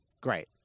great